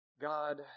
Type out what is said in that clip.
God